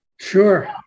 Sure